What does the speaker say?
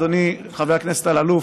אדוני חבר הכנסת אלאלוף,